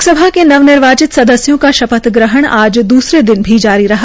लोकसभा के नवनिर्वाचित सदस्यों का शपथ ग्रहण आज दूसरे दिन भी जारी रहा